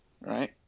right